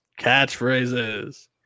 Catchphrases